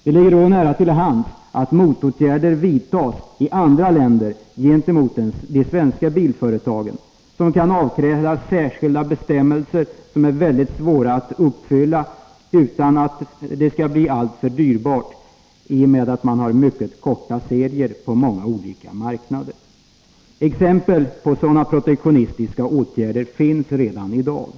Det ligger då nära till hands att man i andra ka bilföretagen, vilka kan avkrävas särbestämmelser som är mycket svåra att uppfylla utan att det blir alltför dyrbart att följa dem på grund av att man har mycket korta serier på många olika marknader. Exempel på sådana protektionistiska åtgärder finns redan i dag.